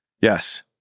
Yes